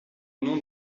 nom